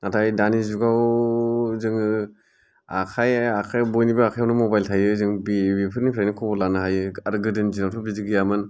नाथाय दानि जुगाव जोङो आखाय आखाय बयनिबो आखायावनो मबाइल थायो जों बेफोरनिफ्रायनो खबर लानो हायो आरो गोदोनि दिनावथ' बेबादि गैयामोन